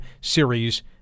series